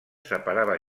separava